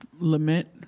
lament